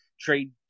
trade